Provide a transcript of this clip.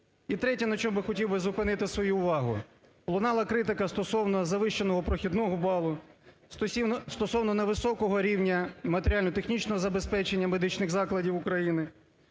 І третє, на чому хотів би зупинити свою увагу. Лунала критика стосовно завищеного прохідного балу, стосовно невисокого рівня матеріально-технічного забезпечення медичних закладів України,